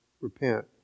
repent